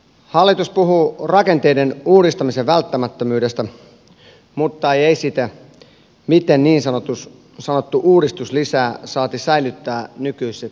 hallitus puhuu rakenteiden uudistamisen välttämättömyydestä mutta ei esitä miten niin sanottu uudistus lisää työpaikkoja saati säilyttää nykyiset työpaikat